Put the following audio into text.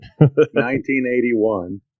1981